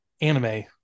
anime